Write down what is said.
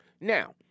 Now